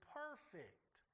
perfect